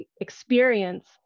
experience